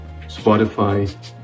Spotify